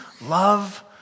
love